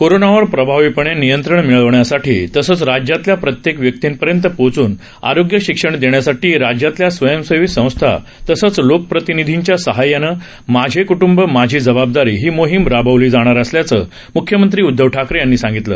कोरोनावर प्रभावीपणे नियंत्रण मिळविण्यासाठी तसंच राज्यातल्या प्रत्येक व्यक्तीपर्यंत पोचून आरोग्य शिक्षण देण्यासाठी राज्यातल्या स्वयंसेवी संस्था तसंच लोकप्रतिनिधींच्या साहाय्यानं माझे क्टुंब माझी जबाबदारी ही मोहीम राबवली जाणार असल्याचं म्ख्यमंत्री उद्धव ठाकरे यांनी सांगितलं